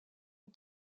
une